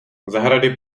zahrady